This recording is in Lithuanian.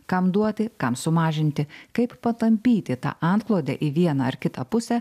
kam duoti kam sumažinti kaip patampyti tą antklodę į vieną ar kitą pusę